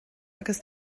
agus